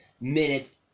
minutes